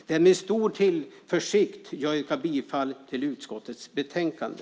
Det är med stor tillförsikt som jag yrkar bifall till förslaget i utskottets betänkande.